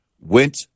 Went